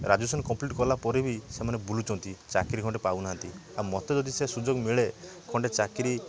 graduation complete କଲା ପରେ ବି ସେମାନେ ବୁଲୁଛନ୍ତି ଚାକିରୀ ଖଣ୍ଡେ ପାଉନାହାଁନ୍ତି ଆଉ ମୋତେ ଯଦି ସେ ସୁଯୋଗ ମିଳେ ଖଣ୍ଡେ ଚାକିରୀ